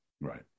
Right